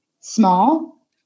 small